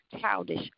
childish